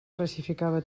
classificava